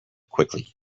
quickly